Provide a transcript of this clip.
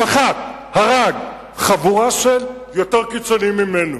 שחט, הרג, חבורה של יותר קיצונים ממנו.